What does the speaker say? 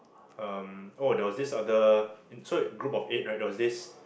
um oh there was this other oh so group of eight right there was this